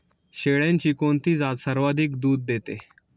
शेळ्यांची कोणती जात सर्वाधिक दूध देते?